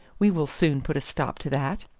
we will soon put a stop to that.